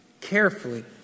carefully